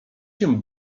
się